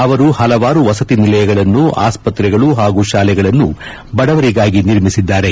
ಅವರು ಹಲವಾರು ವಸತಿ ನಿಲಯಗಳನ್ನು ಆಸ್ಪತ್ರೆಗಳು ಹಾಗೂ ಶಾಲೆಗಳನ್ನು ಬಡವರಿಗಾಗಿ ನಿರ್ಮಿಸಿದ್ದಾರೆ